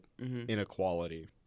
inequality